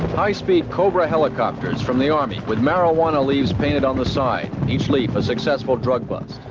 high-speed cobra helicopters from the army, with marijuana leaves painted on the side, each leaf a successful drug bust.